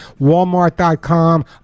Walmart.com